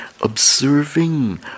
observing